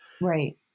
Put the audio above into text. Right